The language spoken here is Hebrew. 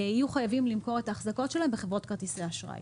יהיו חייבים למכור את האחזקות שלהם בחברות כרטיסי האשראי.